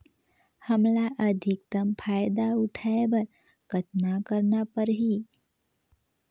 हमला अधिकतम फायदा उठाय बर कतना करना परही?